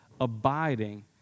abiding